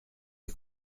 est